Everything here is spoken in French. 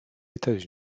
états